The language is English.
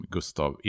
Gustav